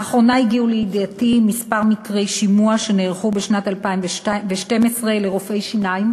לאחרונה הגיעו לידיעתי כמה מקרי שימוע שנערכו בשנת 2012 לרופאי שיניים